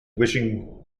wishing